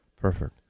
Perfect